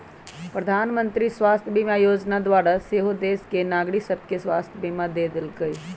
प्रधानमंत्री स्वास्थ्य बीमा जोजना द्वारा सेहो देश के नागरिक सभके स्वास्थ्य बीमा देल गेलइ